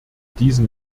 diesen